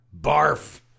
Barf